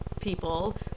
people